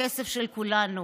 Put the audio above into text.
הכסף של כולנו.